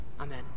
Amen